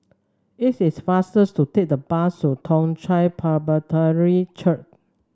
it is faster to take the bus to Toong Chai Presbyterian Church